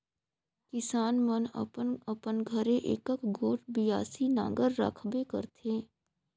किसान मन अपन अपन घरे एकक गोट बियासी नांगर राखबे करथे